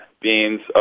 beans